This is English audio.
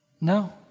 No